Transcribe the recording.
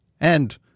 And-